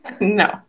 No